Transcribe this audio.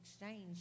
exchange